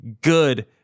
good